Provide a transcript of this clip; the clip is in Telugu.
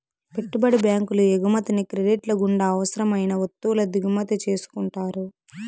పెట్టుబడి బ్యాంకులు ఎగుమతిని క్రెడిట్ల గుండా అవసరం అయిన వత్తువుల దిగుమతి చేసుకుంటారు